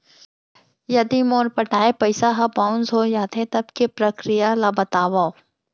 यदि मोर पटाय पइसा ह बाउंस हो जाथे, तब के प्रक्रिया ला बतावव